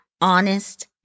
honest